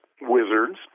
wizards